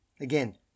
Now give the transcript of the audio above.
Again